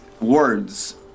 words